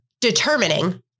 determining